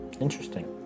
interesting